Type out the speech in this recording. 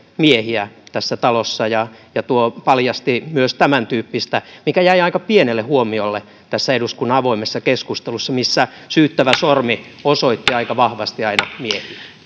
miehiä tässä talossa ja ja tuo paljasti myös tämäntyyppistä mikä jäi aika pienelle huomiolle tässä eduskunnan avoimessa keskustelussa missä syyttävä sormi osoitti aika vahvasti aina miehiä